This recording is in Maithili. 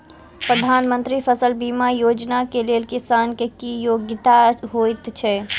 प्रधानमंत्री फसल बीमा योजना केँ लेल किसान केँ की योग्यता होइत छै?